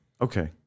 Okay